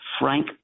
Frank